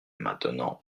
maintenant